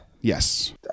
yes